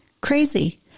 crazy